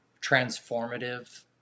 transformative